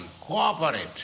cooperate